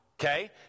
okay